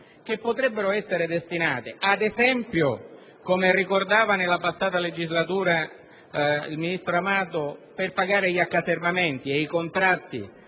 che potrebbero essere destinati, ad esempio, come ricordava nella precedente legislatura il ministro Amato, per pagare gli accasermamenti e i contratti